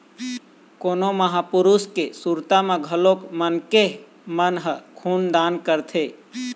कोनो महापुरुष के सुरता म घलोक मनखे मन ह खून दान करथे